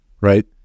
right